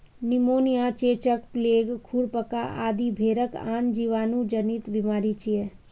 pneumonia, चेचक, plague, खुरपका आदि भेड़क आन जीवाणु जनित बीमारी छियै